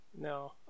No